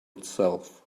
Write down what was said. itself